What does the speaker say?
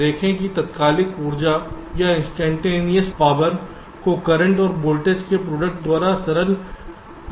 देखें कि तात्कालिक बिजली को करंट और वोल्टेज के प्रोडक्ट द्वारा सरल परिभाषित किया गया है